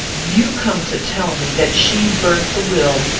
you come to tell me that she burnt the will,